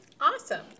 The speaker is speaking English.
Awesome